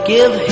Give